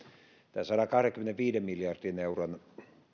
tämä sadankahdenkymmenenviiden miljardin euron